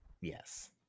Yes